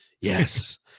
Yes